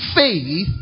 faith